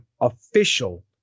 official